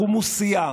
חומוסייה,